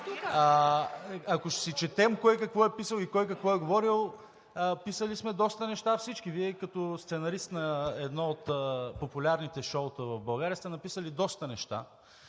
Ако четем кой какво е писал и какво е говорил – писали сме доста неща всички, а Вие като сценарист на едно от популярните шоута в България сте написали доста неща.